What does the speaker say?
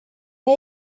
nii